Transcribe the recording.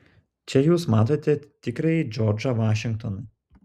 čia jūs matote tikrąjį džordžą vašingtoną